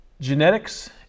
genetics